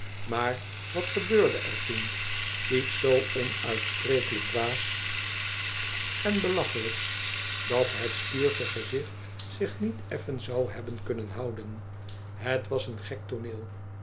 belachelijks dat het stuurschste gezicht zich niet effen zou hebben kunnen houden het was een gek tooneel